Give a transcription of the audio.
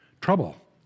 trouble